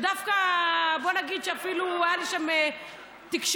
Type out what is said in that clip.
ודווקא בואו נגיד שאפילו הייתה שם תקשורת